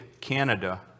Canada